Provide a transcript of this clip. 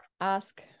ask